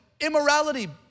immorality